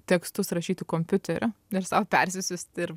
tekstus rašyti kompiuteriu ir sau persisiųst ir